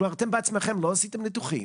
אתם בעצמכם לא עשיתם ניתוחים,